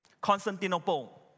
Constantinople